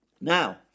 now